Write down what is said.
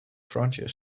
frontier